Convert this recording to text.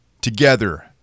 together